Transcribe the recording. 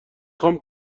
خوام